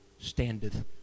standeth